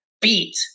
Beat